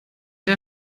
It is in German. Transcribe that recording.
der